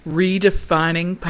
redefining